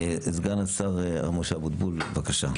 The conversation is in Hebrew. סגן השר משה אבוטבול, בבקשה.